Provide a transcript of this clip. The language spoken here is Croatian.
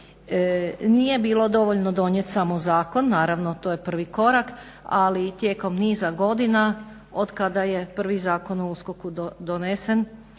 Nije bilo dovoljno donijet samo zakon, naravno to je prvi korak, ali tijekom niza godina otkada je prvi Zakon o USKOK-u donesen